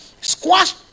Squash